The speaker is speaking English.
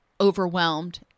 overwhelmed